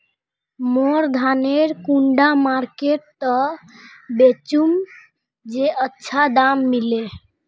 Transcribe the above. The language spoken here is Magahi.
मोर धानेर कुंडा मार्केट त बेचुम बेचुम जे अच्छा दाम मिले?